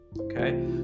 Okay